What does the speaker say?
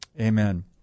Amen